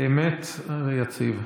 אמת ויציב.